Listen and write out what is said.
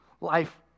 life